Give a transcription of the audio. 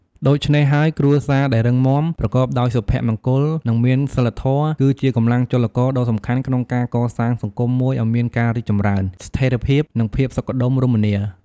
ដូច្នេះហើយ គ្រួសារដែលរឹងមាំ ប្រកបដោយសុភមង្គល និងមានសីលធម៌ គឺជាកម្លាំងចលករដ៏សំខាន់ក្នុងការកសាងសង្គមមួយឲ្យមានការរីកចម្រើន ស្ថេរភាព និងភាពសុខដុមរមនា។